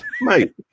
Mate